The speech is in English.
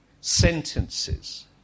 Sentences